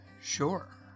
Sure